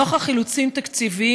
נוכח אילוצים תקציביים,